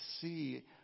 see